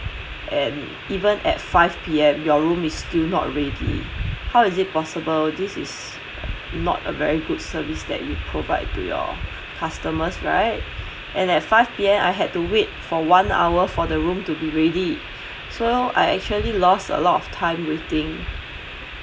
and even at five P_M your room is still not ready how is it possible this is not a very good service that you provide to your customers right and at five P_M I had to wait for one hour for the room to be ready so I actually lost a lot of time waiting